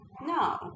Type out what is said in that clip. No